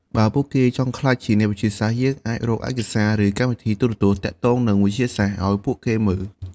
បើពួកគេចង់ក្លាយជាអ្នកវិទ្យាសាស្ត្រ យើងអាចរកឯកសារ ឬកម្មវិធីទូរទស្សន៍ទាក់ទងនឹងវិទ្យាសាស្ត្រឲ្យពួកគេមើល។